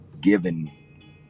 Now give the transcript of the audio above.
given